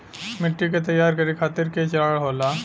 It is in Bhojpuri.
मिट्टी के तैयार करें खातिर के चरण होला?